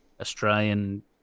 Australian